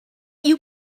you